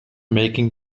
making